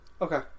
Okay